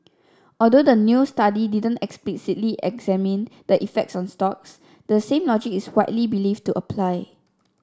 although the new study didn't explicitly examine the effect on stocks the same logic is widely believed to apply